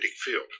field